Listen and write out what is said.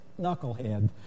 knucklehead